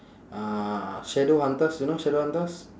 uh shadowhunters you know shadowhunters